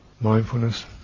mindfulness